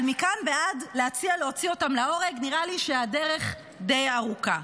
אבל מכאן ועד להציע להוציא אותם להורג נראה לי שהדרך די ארוכה.